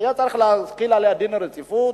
והיה צריך להחיל עליה דין רציפות.